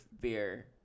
beer